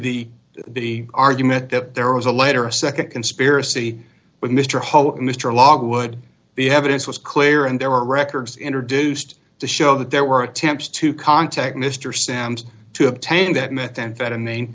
the the argument that there was a letter a nd conspiracy with mr hope mr logwood the evidence was clear and there were records introduced to show that there were attempts to contact mr sams to obtain that methamphetamine